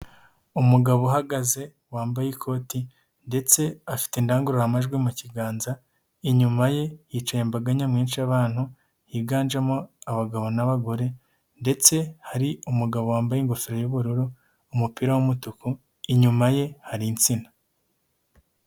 Umugabo uhagaze wambaye ikoti ndetse afite indangururamajwi mu kiganza, inyuma ye yicaye imbaga nyamwinshi y'abantu higanjemo abagabo n'abagore ndetse hari umugabo wambaye ingofero y'ubururu umupira w'umutuku inyuma ye hari insina.